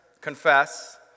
confess